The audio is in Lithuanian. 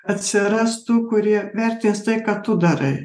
atsiras tų kurie vertins tai ką tu darai